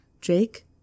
Jake